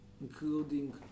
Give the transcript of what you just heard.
Including